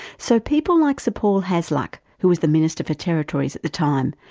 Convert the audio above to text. so people like sir paul hasluck, who was the minister for territories at the time,